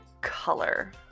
color